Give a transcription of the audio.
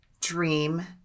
dream